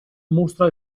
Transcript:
mostra